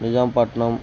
Nizampatnam